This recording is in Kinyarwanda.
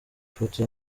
foto